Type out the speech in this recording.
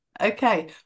Okay